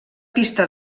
pista